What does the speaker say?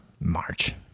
March